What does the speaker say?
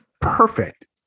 Perfect